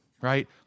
right